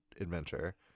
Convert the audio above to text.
adventure